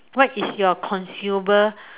what is your consumable